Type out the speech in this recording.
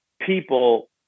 people